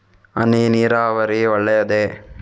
ಹನಿ ನೀರಾವರಿ ಒಳ್ಳೆಯದೇ?